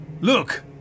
Look